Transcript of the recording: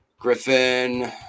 Griffin